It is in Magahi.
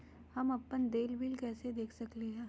हम अपन देल बिल कैसे देख सकली ह?